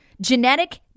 Genetic